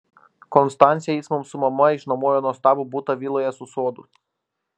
konstance jis mums su mama išnuomojo nuostabų butą viloje su sodu